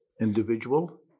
individual